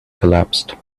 collapsed